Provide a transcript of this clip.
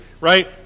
right